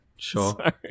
sure